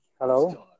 Hello